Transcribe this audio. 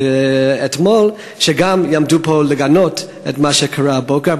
אתמול גם יעמדו פה לגנות את מה שקרה הבוקר.